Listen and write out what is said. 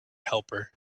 helper